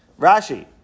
Rashi